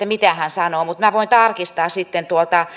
mitä hän sanoi mutta minä voin tarkistaa sitten